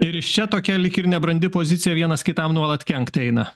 ir iš čia tokia lyg ir nebrandi pozicija vienas kitam nuolat kenkt eina